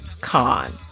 khan